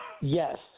Yes